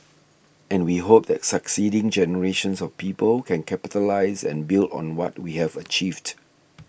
and we hope that succeeding generations of people can capitalise and build on what we have achieved